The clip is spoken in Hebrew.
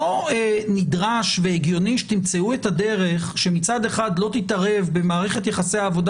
לא נדרש והגיוני שתמצאו את הדרך שמצד אחד לא תתערב במערכת יחסי העבודה